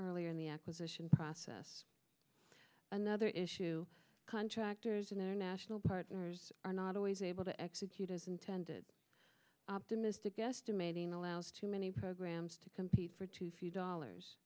earlier in the acquisition process another issue contractors and international partners are not always able to execute as intended optimistic guesstimating allows too many programs to compete for too few dollars